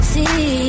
See